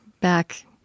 back